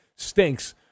Stinks